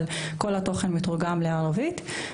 אבל כל התוכן מתורגם לערבית.